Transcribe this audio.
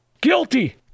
Guilty